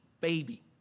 baby